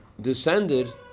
descended